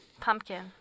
Pumpkin